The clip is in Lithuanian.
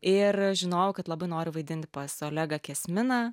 ir žinojau kad labai noriu vaidinti pas olegą kesminą